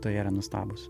tuo jie yra nuostabūs